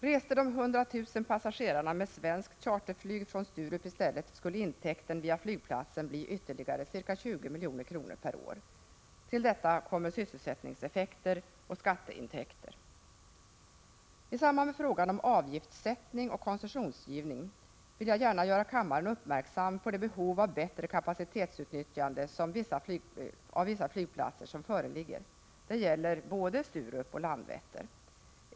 Reste de 100 000 passagerarna med svenskt charterflyg från Sturup i stället skulle intäkten via flygplatsen bli ytterligare ca 20 milj.kr. per år. Till detta kommer sysselsättningseffekter och skatteintäkter. I samband med frågan om avgiftssättning och koncessionsgivning vill jag gärna göra kammaren uppmärksam på det behov av bättre kapacitetsutnyttjande av vissa flygplatser som föreligger. Det gäller både Landvetter och Sturup.